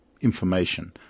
information